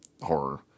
horror